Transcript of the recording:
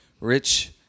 rich